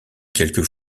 quelques